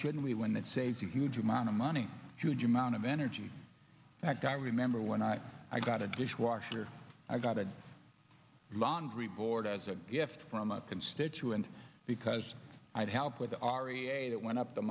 shouldn't we when that saves a huge amount of money huge amount of energy and i remember one night i got a dishwasher i got a laundry board as a gift from a constituent because i had help with the r e a that went up the